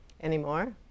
Anymore